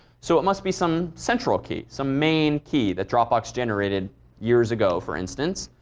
so it must be some central key, some main key that dropbox generated years ago, for instance,